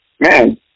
man